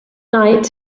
night